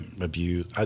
abuse